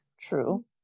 True